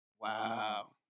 Wow